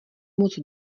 moc